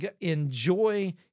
enjoy